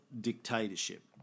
dictatorship